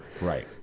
Right